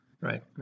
Right